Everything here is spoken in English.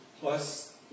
Plus